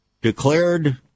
declared